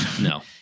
No